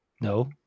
no